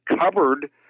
covered